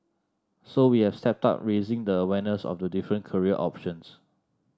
so we have stepped up raising the awareness of the different career options